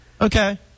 Okay